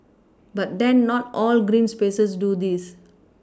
but then not all green spaces do this